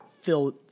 fill